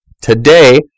Today